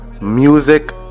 music